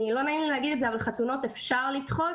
לא נעים לי להגיד את זה, אבל חתונות אפשר לדחות.